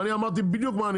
אני אמרתי בדיוק מה אני